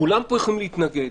כולם פה יכולים להתנגד.